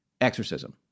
exorcism